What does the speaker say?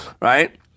right